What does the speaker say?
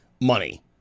money